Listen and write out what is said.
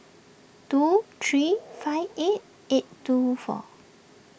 two three five eight eight two four